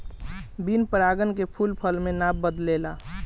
बिन परागन के फूल फल मे ना बदलेला